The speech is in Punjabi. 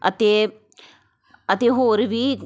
ਅਤੇ ਅਤੇ ਹੋਰ ਵੀ